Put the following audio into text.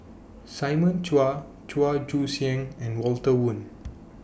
Simon Chua Chua Joon Siang and Walter Woon